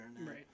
Right